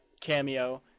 cameo